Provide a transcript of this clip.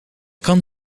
kan